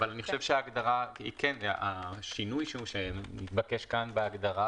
השינוי שמתבקש כאן בהגדרה